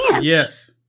Yes